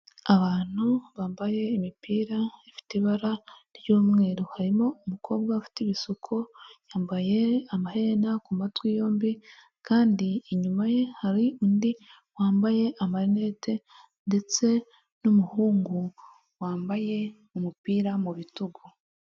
Abantu bambaye imipira ifite ibara ry'umweru harimo umukobwa ufite ibisuko yambaye amaherena ku matwi yombi, kandi inyuma ye hari undi wambaye amarineti ndetse n'umuhungu wambaye umupira mu bitugu.